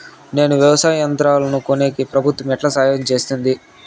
నేను వ్యవసాయం యంత్రాలను కొనేకి ప్రభుత్వ ఎట్లా సహాయం చేస్తుంది?